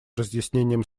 разъяснением